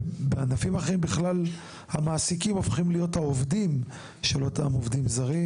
ובענפים אחרים המעסיקים בכלל הופכים להיות העובדים של אותם עובדים זרים.